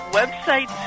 website